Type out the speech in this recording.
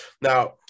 Now